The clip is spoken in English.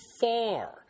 far